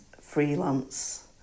freelance